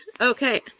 okay